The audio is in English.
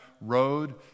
road